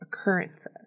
occurrences